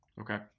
Okay